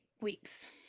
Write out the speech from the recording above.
weeks